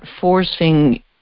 forcing